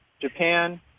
Japan